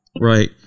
right